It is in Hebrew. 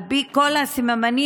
שעל פי כל הסממנים,